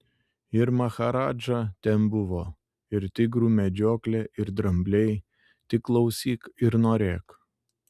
ir maharadža ten buvo ir tigrų medžioklė ir drambliai tik klausyk ir norėk